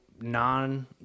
non